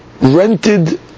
rented